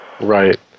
Right